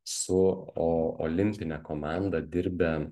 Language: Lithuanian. su o olimpine komanda dirbę